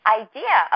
idea